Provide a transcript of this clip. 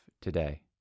today